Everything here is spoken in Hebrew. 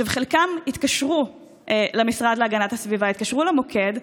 חלקם התקשרו למשרד להגנת הסביבה, התקשרו למוקד.